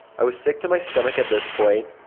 i was sick to my stomach at this point.